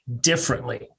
differently